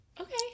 Okay